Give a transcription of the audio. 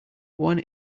one